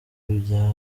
bya